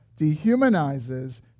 dehumanizes